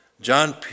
John